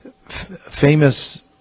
famous